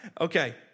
Okay